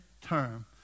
term